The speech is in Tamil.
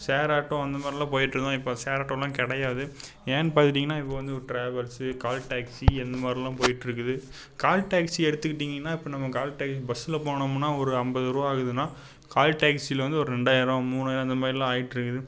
ஷேர் ஆட்டோ அந்த மாதிரிலாம் போயிட்டுருந்தோம் இப்போ ஷேர் ஆட்டோ எல்லாம் கிடையாது ஏன்னு பார்த்துட்டிங்கன்னா இப்போ வந்து ஒரு ட்ராவல்ஸு கால் டேக்சி அந்த மாதிரிலாம் போயிட்ருக்குது கால் டேக்சி எடுத்துக்கிட்டிங்கன்னா இப்போ நம்ம கால் டேக்சி பஸ்ஸில் போனோம்னா ஒரு ஐம்பது ரூவா ஆகுதுன்னா கால் டேக்சியில வந்து ஒரு ரெண்டாயிரம் மூணாயிரம் இந்த மாதிரிலாம் ஆயிட்டுருக்குது